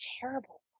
terrible